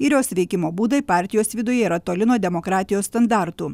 ir jos veikimo būdai partijos viduje yra toli nuo demokratijos standartų